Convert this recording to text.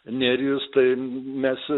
nerijus tai mes